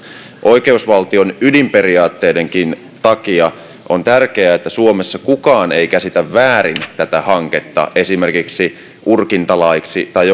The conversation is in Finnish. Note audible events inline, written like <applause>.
oikeusvaltion ydinperiaatteidenkin takia on tärkeää että suomessa kukaan ei käsitä väärin tätä hanketta esimerkiksi urkintalaiksi tai <unintelligible>